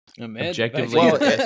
Objectively